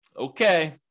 Okay